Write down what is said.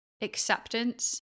acceptance